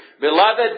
Beloved